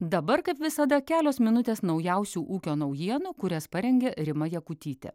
dabar kaip visada kelios minutės naujausių ūkio naujienų kurias parengė rima jakutytė